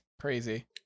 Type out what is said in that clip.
crazy